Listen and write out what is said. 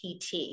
PT